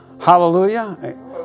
Hallelujah